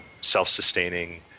self-sustaining